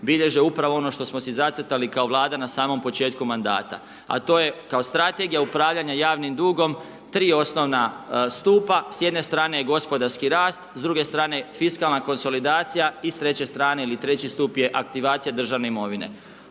bilježe upravo ono što smo si zacrtali kao vlada na samom početku mandata. A to je kao strategija upravljanja javnim dugom 3 osnovna stupa, s jedne stran eje gospodarski rast, s druge strane fiskalna konsolidacija i s treće strane ili treći stup je aktivacija državne imovine.